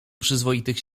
przyzwoitych